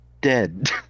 dead